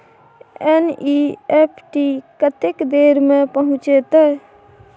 NEFT कत्ते देर में पहुंचतै?